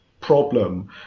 Problem